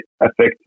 affect